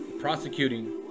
prosecuting